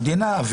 המדינה,